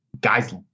Guys